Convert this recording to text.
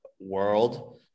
world